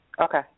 Okay